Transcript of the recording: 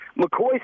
McCoy